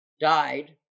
died